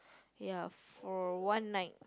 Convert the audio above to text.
ya for one night